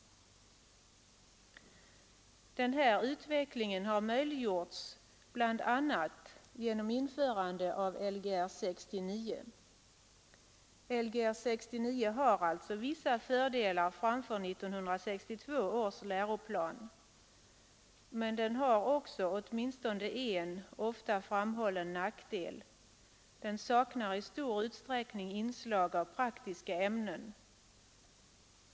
Denna utveckling har möjliggjorts bl.a. genom Lgr 69. Lgr 69 har alltså vissa fördelar framför 1962 års läroplan. Men den har också åtminstone en, ofta framhållen, nackdel. Den saknar i stor utsträckning inslag av praktiska ämnen.